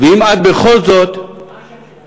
ואם את בכל זאת, מה השם שלה?